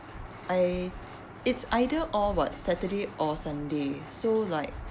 I it's either or what saturday or sunday so like